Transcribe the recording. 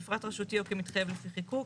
מפרט רשותי או כמתחייב לפי חיקוק.